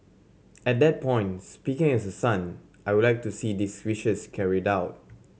at that point speaking as a son I would like to see these wishes carried out